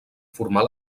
formar